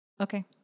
Okay